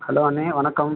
hello அண்ணே வணக்கம்